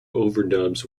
overdubs